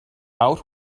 out